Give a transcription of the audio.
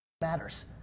matters